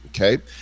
okay